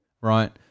right